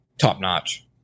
Top-notch